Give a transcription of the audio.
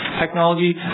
Technology